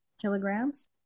kilograms